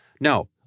No